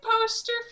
poster